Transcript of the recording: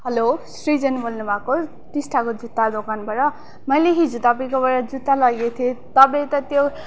hello Srijan बोल्नुभएको टिस्टाको जुत्ता दोकानबाट मैले हिजो तपाईँकोबाट जुत्ता लगेको थिएँ तपाईँ त त्यो